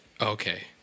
Okay